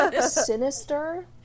Sinister